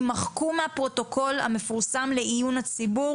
יימחקו מהפרוטוקול המפורסם לעיון הציבור